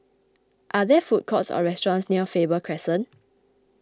are there food courts or restaurants near Faber Crescent